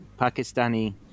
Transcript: Pakistani